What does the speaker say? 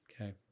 Okay